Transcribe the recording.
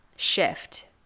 shift